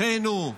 אחינו,